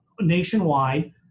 nationwide